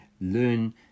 learn